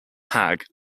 hague